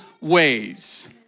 ways